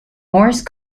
morse